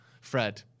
Fred